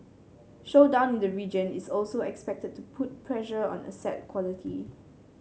slowdown in the region is also expected to put pressure on asset quality